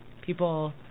people